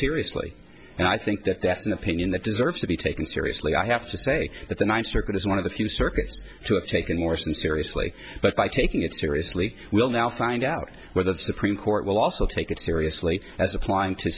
seriously and i think that that's an opinion that deserves to be taken seriously i have to say that the ninth circuit is one of the few circuits to it taken more seriously but by taking it seriously will now find out whether the supreme court will also take it seriously as applying to